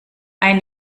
ein